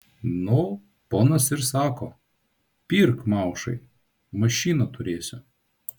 nu ponas ir sako pirk maušai mašiną turėsi